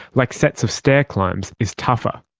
like sets of stair climbs, is tougher.